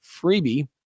freebie